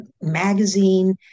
magazine